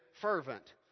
fervent